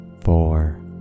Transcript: four